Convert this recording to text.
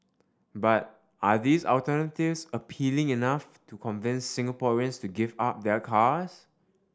but are these alternatives appealing enough to convince Singaporeans to give up their cars